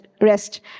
rest